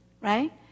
right